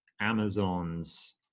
Amazon's